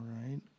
right